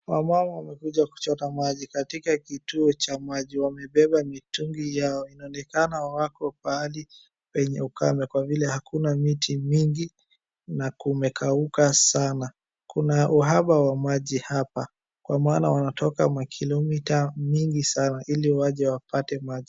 Wamama wamekuja kuchota maji katika kituo cha maji wamebeba mitungi yao, inaonekana wako pahali penye ukame kwa vile hakuna Muti mingi na kumekauka sana. Kuna uhaba wa maji hapa kwa maana wanatoka makilomita mingi sana ili waje wapate maji.